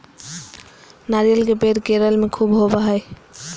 नारियल के पेड़ केरल में ख़ूब होवो हय